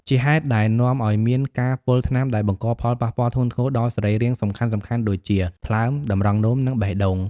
ជាហេតុដែលនាំឱ្យមានការពុលថ្នាំដែលបង្កផលប៉ះពាល់ធ្ងន់ធ្ងរដល់សរីរាង្គសំខាន់ៗដូចជា ថ្លើម តម្រងនោម និងបេះដូង។